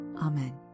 Amen